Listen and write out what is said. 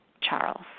Charles